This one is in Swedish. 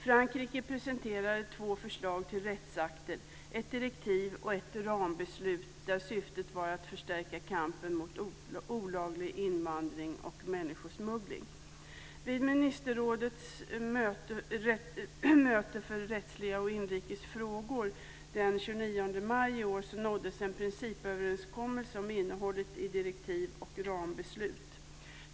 Frankrike presenterade två förslag till rättsakter, ett direktiv och ett rambeslut, där syftet var att förstärka kampen mot olaglig invandring och människosmuggling. Vid ministerrådets möte för rättsliga frågor och inrikesfrågor den 29 maj i år nåddes en principöverenskommelse om innehållet i direktiv och rambeslut.